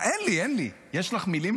אין לי, יש לך מילים?